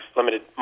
limited